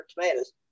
tomatoes